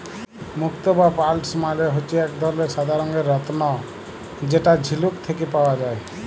মুক্ত বা পার্লস মালে হচ্যে এক ধরলের সাদা রঙের রত্ন যেটা ঝিলুক থেক্যে পাওয়া যায়